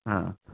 हां